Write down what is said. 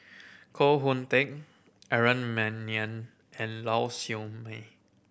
Koh Hoon Teck Aaron Maniam and Lau Siew Mei